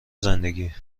زندگی